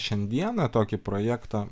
šiandieną tokį projektą